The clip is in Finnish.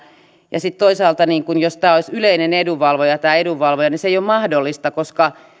ja sitten toisaalta jos tämä edunvalvoja olisi yleinen edunvalvoja se ei ole mahdollista koska